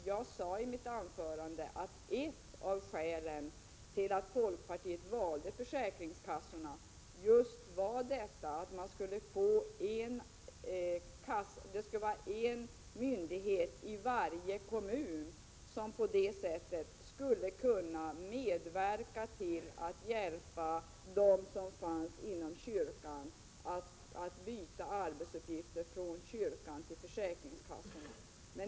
Jag sade i mitt anförande att ett av skälen till att folkpartiet valde försäkringskassorna var just att man vill medverka till att det inom varje kommun skall finnas en myndighet som kan hjälpa dem som arbetar inom kyrkan att byta arbete, från kyrkan till försäkringskassan.